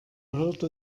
hürde